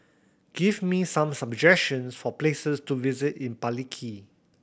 give me some suggestions for places to visit in Palikir